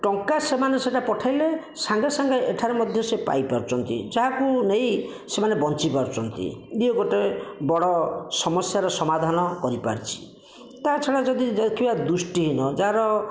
ଟଙ୍କା ସେମାନେ ସେଟା ପଠେଇଲେ ସାଙ୍ଗେ ସାଙ୍ଗେ ଏଠାରେ ମଧ୍ୟ ସେ ପାଇପାରୁଛନ୍ତି ଯାହାକୁ ନେଇ ସେମାନେ ବଞ୍ଚିପାରୁଛନ୍ତି ଇଏ ଗୋଟିଏ ବଡ଼ ସମସ୍ୟାର ସମାଧାନ କରିପାରିଛି ତା ଛଡ଼ା ଯଦି ଦେଖିବା ଦୃଷ୍ଟିହୀନ ଯାହାର